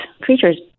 creatures